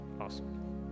awesome